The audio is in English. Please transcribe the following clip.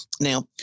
Now